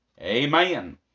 Amen